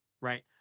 Right